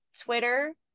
Twitter